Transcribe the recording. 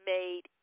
Made